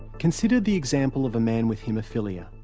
consider the example of a man with haemophilia.